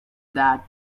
that